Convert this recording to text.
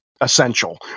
essential